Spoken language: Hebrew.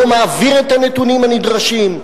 לא מעביר את הנתונים הנדרשים,